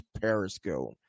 Periscope